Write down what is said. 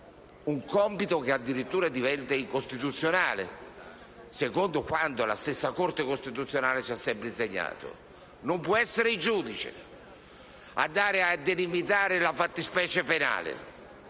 addirittura che la norma diventi incostituzionale, secondo quanto la stessa Corte costituzionale ci ha sempre insegnato. Non può essere il giudice a delimitare la fattispecie penale.